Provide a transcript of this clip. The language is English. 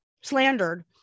slandered